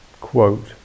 quote